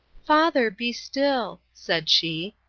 father, be still, said she,